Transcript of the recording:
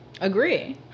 Agree